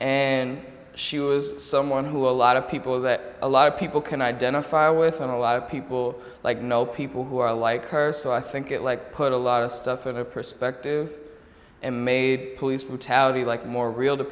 and she was someone who a lot of people that a lot of people can identify with and a lot of people like know people who are like her so i think it like put a lot of stuff in a perspective and made police brutality like more real t